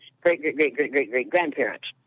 great-great-great-great-great-great-grandparents